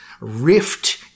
rift